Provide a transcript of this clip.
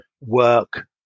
work